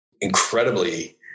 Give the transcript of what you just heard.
incredibly